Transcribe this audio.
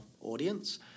audience